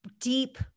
deep